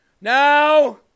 Now